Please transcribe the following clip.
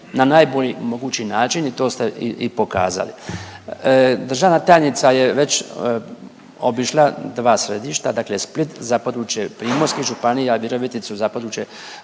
na najbolji mogući način i to ste i pokazali. Državna tajnica je već obišla dva središta, dakle Split za područje Primorske županije, a Viroviticu za područje